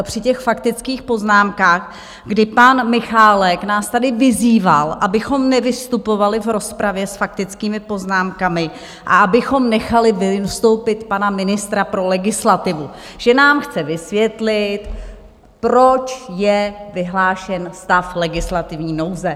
Při těch faktických poznámkách, kdy pan Michálek nás tady vyzýval, abychom nevystupovali v rozpravě s faktickými poznámkami a abychom nechali vystoupit pana ministra pro legislativu, že nám chce vysvětlit, proč je vyhlášen stav legislativní nouze.